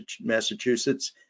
Massachusetts